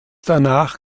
danach